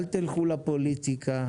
אל תלכו לפוליטיקה,